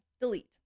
Delete